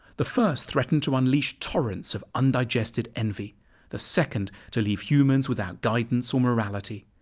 the first threatened to unleash torrents of undigested envy the second to leave humans without guidance or morality.